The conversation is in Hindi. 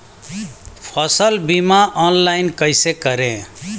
फसल बीमा ऑनलाइन कैसे करें?